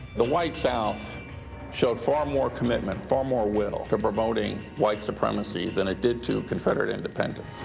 the white south showed far more commitment, far more will to promoting white supremacy than it did to confederate independence.